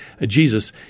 Jesus